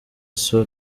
sol